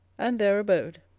and there abode.